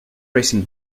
racing